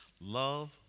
love